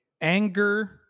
Anger